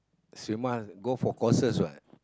so you must go for courses what